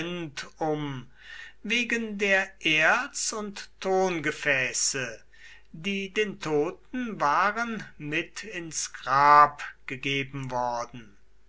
um wegen der erz und tongefäße die den toten waren mit ins grab gegeben worden